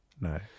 no